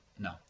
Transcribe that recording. No